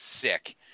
sick